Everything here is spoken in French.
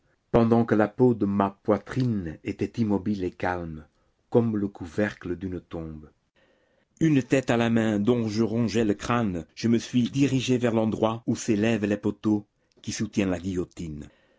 pendant que la peau de ma poitrine était immobile et calme comme le couvercle d'une tombe une tête à la main dont je rongeais le crâne je me suis dirigé vers l'endroit où s'élèvent les poteaux qui soutiennent la guillotine